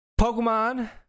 Pokemon